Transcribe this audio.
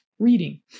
reading